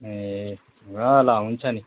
ए ल ल हुन्छ नि